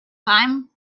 time